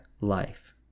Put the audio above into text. life